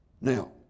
Now